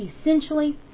Essentially